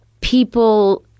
people